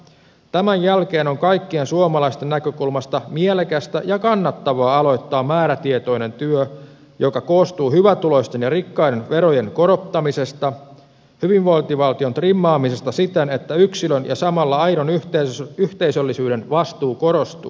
tämän jälkeen on kaikkien suomalaisten näkökulmasta mielekästä ja kannattavaa aloittaa määrätietoinen työ joka koostuu hyvätuloisten ja rikkaiden verojen korottamisesta hyvinvointivaltion trimmaamisesta siten että yksilön ja samalla aidon yhteisöllisyyden vastuu korostuu